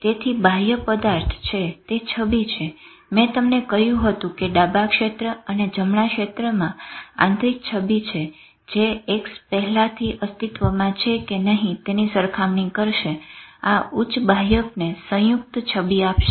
તેથી બાહ્ય પદાર્થ છે તે છબી છે મેં તમને કહ્યું હતું કે ડાબા ક્ષેત્ર અને જમણા ક્ષેત્રમાં આંતરિક છબી છે જે X પહેલાથી અસ્તિત્વમાં છે કે નઈ તેની સરખામણી કરશે આ ઉચ્ચ બાહ્યકને સયુંકત છબી આપશે